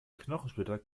knochensplitter